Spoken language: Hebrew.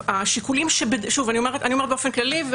אני אומרת באופן כללי,